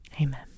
amen